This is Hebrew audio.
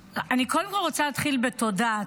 קודם כול, אני רוצה להתחיל בתודה.